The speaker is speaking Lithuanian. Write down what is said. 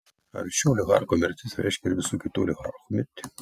ar šio oligarcho mirtis reiškia ir visų kitų oligarchų mirtį